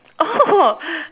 oh